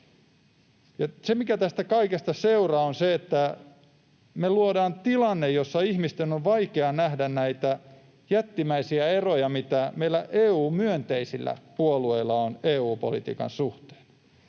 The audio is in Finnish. Se, mikä tästä kaikesta seuraa, on se, että me luomme tilanteen, jossa ihmisten on vaikea nähdä näitä jättimäisiä eroja, mitä meillä EU-myönteisillä puolueilla on EU-politiikan suhteen.